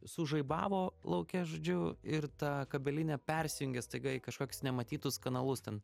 sužaibavo lauke žodžiu ir ta kabelinė persijungė staiga į kažkokius nematytus kanalus ten